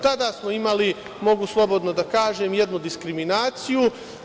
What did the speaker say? Tada smo imali, mogu slobodno da kažem, jednu diskriminaciju.